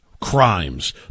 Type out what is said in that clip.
crimes